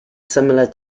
similar